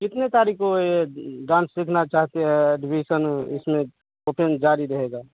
कितने तारीख को ये डांस सीखना चाहते हैं एडमिशन इसमें ओपेन जारी रहेगा